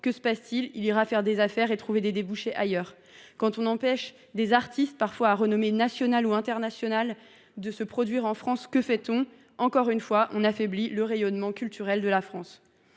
que se passe t il ? Il va faire des affaires et chercher des débouchés ailleurs. Quand on empêche des artistes, parfois de renommée nationale ou internationale, de se produire en France, que fait on sinon affaiblir encore le rayonnement culturel de la France